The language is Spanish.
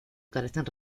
carecen